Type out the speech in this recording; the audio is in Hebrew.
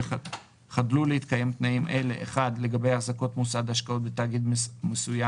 חדלו להתקיים תנאים אלה: לגבי החזקות מוסד השקעות בתאגיד מסוים,